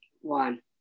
one